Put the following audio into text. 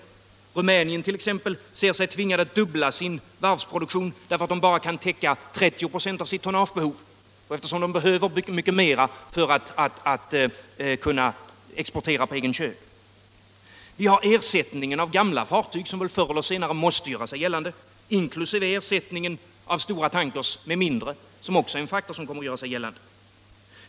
I Rumänien ser man sig sålunda tvingad att dubbla sin varvsproduktion, som nu bara kan täcka 30 26 av tonnagebehovet, eftersom det betyder så mycket att kunna exportera på egna kölar. Eller vi har ersättningen av gamla fartyg som förr eller senare måste göras, inkl. ersättningen av stora tankers med mindre. Även det är sådana faktorer som kommer att göra sig gällande.